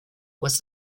was